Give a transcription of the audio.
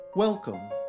Welcome